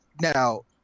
now